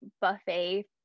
buffet